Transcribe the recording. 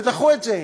ודחו את זה.